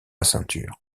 ceinture